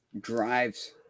drives